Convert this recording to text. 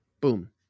Boom